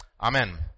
Amen